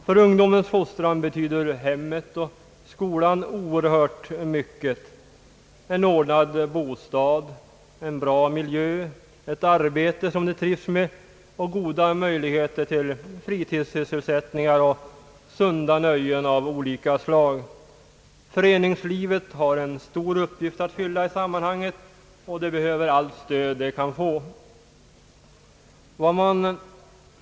För ungdomens fostran och utveckling betyder skolan oerhört mycket, och måste göra det; likaså en ordnad bostad, en bra miljö, ett arbete som man trivs med och goda möjligheter till fritidssysselsättningar och sunda nöjen av olika slag. Föreningslivet har en stor uppgift att fylla i sammanhanget och behöver allt stöd det kan få.